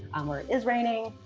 um where it is raining.